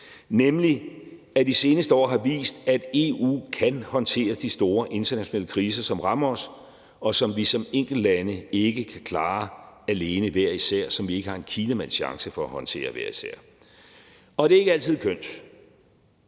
nemlig at de seneste år har vist, at EU kan håndtere de store internationale kriser, som rammer os, og som vi som enkeltlande ikke kan klare alene hver især; som vi ikke har en kinamands chance for at håndtere hver især. Det er ikke altid kønt,